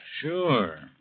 Sure